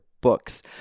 books